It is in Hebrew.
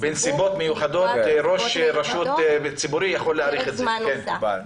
בנסיבות מיוחדות פרק זמן נוסף.